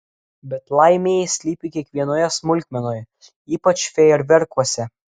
bet laimė slypi kiekvienoje smulkmenoje ypač fejerverkuose